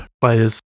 players